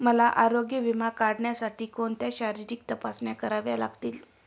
मला आरोग्य विमा काढण्यासाठी कोणत्या शारीरिक तपासण्या कराव्या लागतील?